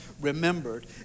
remembered